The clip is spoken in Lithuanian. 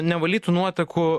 nevalytų nuotekų